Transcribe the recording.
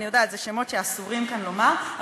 אני יודעת אלה שמות שאסור לומר כאן,